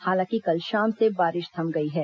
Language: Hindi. हालांकि कल शाम से बारिश थम गई है